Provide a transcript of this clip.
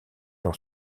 dans